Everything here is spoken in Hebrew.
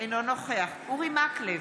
אינו נוכח אורי מקלב,